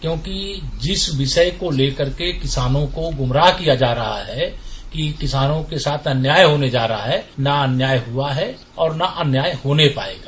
क्योंकि जिस विषय को लेकर के किसानों को गुमराह किया जा रहा है कि किसानों के साथ अन्याय होने जा रहा है न अन्याय हुआ है और न अन्याय होने पायेगा